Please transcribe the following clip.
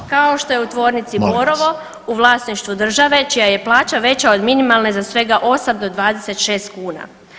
Npr. kao što je u tvornici Borovo u vlasništvu države čija je plaća veća od minimalne za svega 8 do 26 kuna.